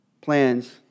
plans